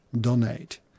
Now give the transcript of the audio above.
donate